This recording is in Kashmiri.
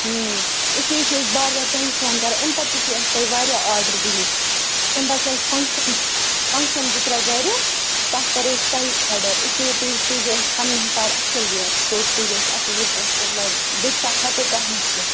اسلیے چھِو أسۍ بار بار تۄہے فون کَران اَمہِ پَتہٕ تہِ چھُو اَسہِ تۄہہِ واریاہ آرڈَر دِنہِ اَمہِ پَتہٕ چھِ اَسہِ فَنٛگشَن فَنٛگشَن زٕ ترٛےٚ گَرِ تَتھ کَرو أسۍ تۄہہِ آرڈَر اِسلیے تُہۍ سوٗزیو اَسہِ پَننہِ حِساب اَصٕل یہِ ژوٚٹ سوٗزیو اَسہِ اَصٕل یہِ اَسہِ مطلب بیٚکہِ ساتہٕ ہٮ۪کو تۄہہِ نِش یِتھ